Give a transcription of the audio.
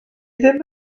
ddim